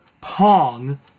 Pong